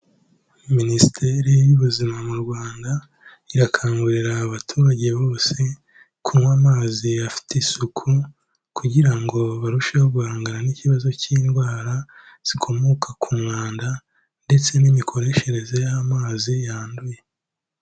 Minisiteri y'Ubuzima mu Rwanda, irakangurira abaturage bose, kunywa amazi afite isuku, kugira ngo barusheho guhangana n'ikibazo cy'indwara, zikomoka ku mwanda, ndetse n'imikoreshereze y'amazi yanduye.